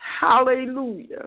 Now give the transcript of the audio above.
Hallelujah